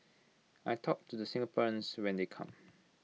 I talk to the Singaporeans when they come